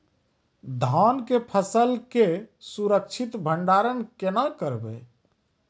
धान के फसल के सुरक्षित भंडारण केना करबै?